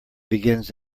begins